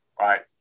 right